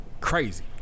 crazy